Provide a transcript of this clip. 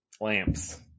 lamps